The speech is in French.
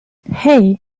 hey